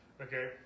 Okay